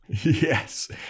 Yes